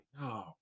no